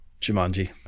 Jumanji